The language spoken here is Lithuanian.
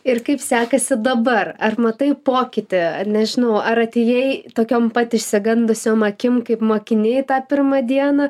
ir kaip sekasi dabar ar matai pokytį a nežinau ar atėjai tokiom pat išsigandusiom akim kaip mokiniai tą pirmą dieną